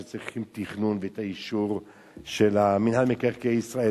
שצריך תכנון ואישור של מינהל מקרקעי ישראל,